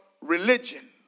religion